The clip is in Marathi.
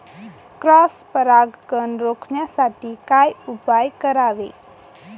क्रॉस परागकण रोखण्यासाठी काय उपाय करावे?